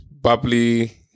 bubbly